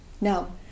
Now